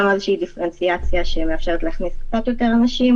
איזושהי דיפרנציאציה שמאפשרת להכניס קצת יותר אנשים,